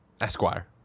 Esquire